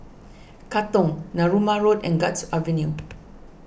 Katong Narooma Road and Guards Avenue